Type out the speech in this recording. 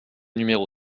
numéro